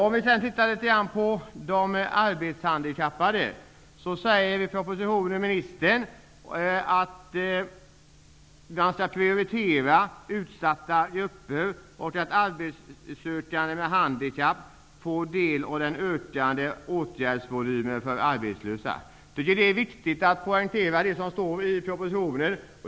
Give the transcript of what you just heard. När det gäller de arbetshandikappade säger ministern i propositionen att man skall prioritera utsatta grupper och att arbetssökande med handikapp skall få del av den ökande åtgärdsvolymen för arbetslösa. Det är viktigt att poängtera det som står i propositionen.